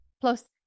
Plus